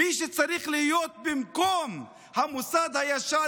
מי שצריך להיות במקום המוסד הישן,